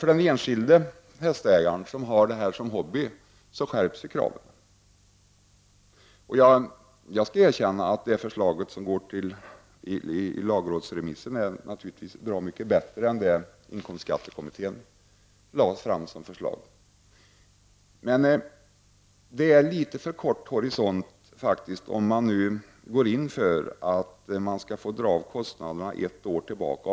För den enskilde hästägaren som har hästar som hobby, skärps emellertid kraven. Jag skall erkänna att förslaget i lagrådsremissen naturligtvis är bra mycket bättre än det förslag som inkomstskattekommittén lade fram. Man har dock en litet för kort horisont om man går in för att man skall få dra av kostnaderna ett år tillbaka.